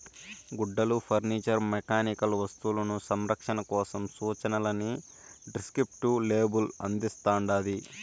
గుడ్డలు furniture mechanical వస్తువులు సంరక్షణ కోసం సూచనలని డిస్క్రిప్టివ్ లేబుల్ అందిస్తాండాది